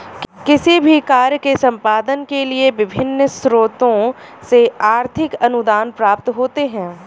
किसी भी कार्य के संपादन के लिए विभिन्न स्रोतों से आर्थिक अनुदान प्राप्त होते हैं